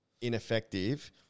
ineffective